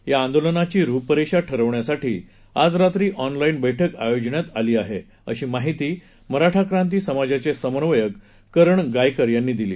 त्या आंदोलनाची रुपरेषा ठरवण्यासाठी आज रात्री ऑनलाईन बैठक आयोजण्यात आली आहे अशी माहिती मराठा क्रांती समाजाचे समन्वयक करण गायकर यांनी दिली